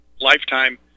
lifetime